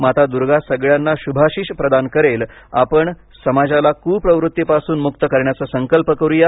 माता दुर्गा सगळ्यांना शुभाशीष प्रदान करेल आपण समाजाला कुवृत्तीपासून मुक्त करण्याचा संकल्प करूया